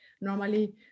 normally